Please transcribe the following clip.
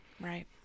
Right